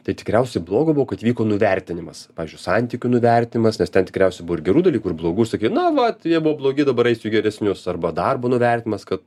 tai tikriausiai blogo buvo kad vyko nuvertinimas pavyzdžiui santykių nuvertinimas nes ten tikriausiai buvo ir gerų dalykų ir blogų ir sakykim na vat jie buvo blogi dabar eisiu į geresnius arba darbo nuvertinimas kad